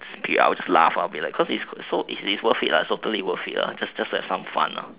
I'll just laugh I will be like because it it is worth it what totally worth it what just have some fun